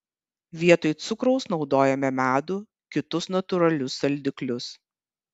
vietoj cukraus naudojame medų kitus natūralius saldiklius